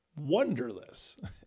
wonderless